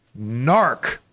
NARC